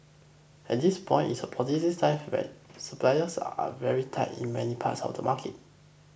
at this point it's a positive sign while supplies are very tight in many parts of the market